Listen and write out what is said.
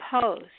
post